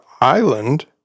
Island